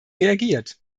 reagiert